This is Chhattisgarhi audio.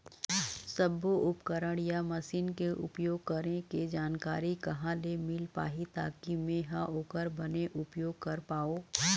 सब्बो उपकरण या मशीन के उपयोग करें के जानकारी कहा ले मील पाही ताकि मे हा ओकर बने उपयोग कर पाओ?